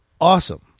awesome